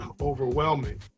overwhelming